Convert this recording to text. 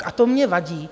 A to mně vadí.